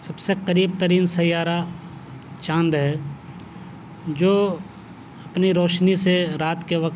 سب سے قریب ترین سیارہ چاند ہے جو اپنی روشنی سے رات کے وقت